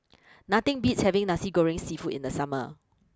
nothing beats having Nasi Goreng Seafood in the summer